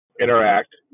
interact